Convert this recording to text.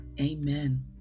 Amen